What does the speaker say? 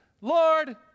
Lord